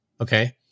okay